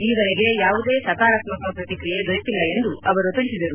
ಈವರೆಗೆ ಯಾವುದೇ ಸಕಾರತ್ಮಕ ಪ್ರತಿಕ್ರಿಯೆ ದೊರೆತಿಲ್ಲ ಎಂದು ಅವರು ತಿಳಿಸಿದರು